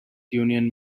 union